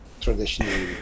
traditionally